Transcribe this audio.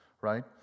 right